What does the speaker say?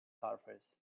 surface